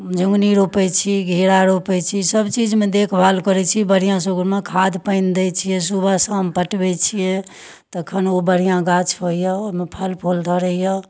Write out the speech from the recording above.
झिङ्गुनी रोपै छी घेरा रोपै छी सबचीजमे देखभाल करै छी बढ़िआँसँ ओहिमे खाद पानि दै छिए सुबह शाम पटबै छिए तखन ओ बढ़िआँ गाछ होइए ओहिमे फलफूल धरैए